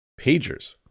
Pagers